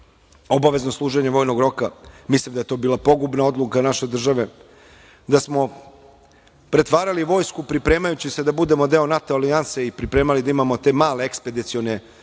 obavezno služenje vojnog roka. Mislim da je to bila pogubna odluka naše države, da smo pretvarali vojsku pripremajući se da budemo deo NATO alijanse i pripremali da imamo te male ekspedicione